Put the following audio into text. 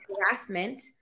harassment